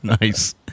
nice